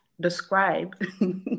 describe